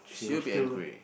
she will be angry